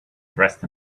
dressed